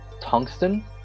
tungsten